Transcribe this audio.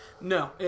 No